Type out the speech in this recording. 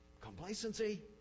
complacency